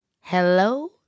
Hello